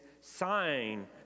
sign